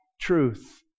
truth